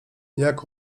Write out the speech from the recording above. jak